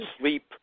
sleep